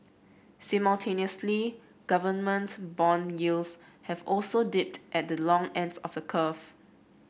simultaneously government bond yields have also dipped at the long ends of the curve